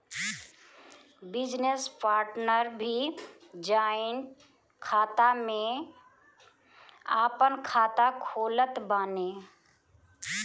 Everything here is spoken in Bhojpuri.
बिजनेस पार्टनर भी जॉइंट खाता में आपन खाता खोलत बाने